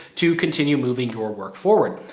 to continue moving your work forward.